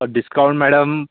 discount madam